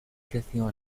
creció